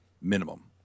minimum